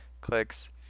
clicks